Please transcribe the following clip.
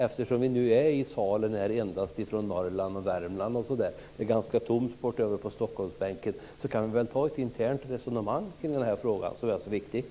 Eftersom vi i salen här endast är från Norrland och Värmland - det är ganska tomt på Stockholmsbänken - kan vi väl ha ett internt resonemang kring denna viktiga fråga.